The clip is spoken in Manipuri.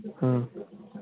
ꯑꯥ